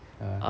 ah